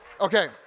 Okay